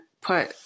put